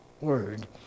word